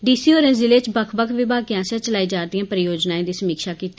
D C होरें ज़िले च बक्ख बक्ख विभागें आस्सेया चलाई जा रदियें परियोजनाएं दी समीक्षा कीती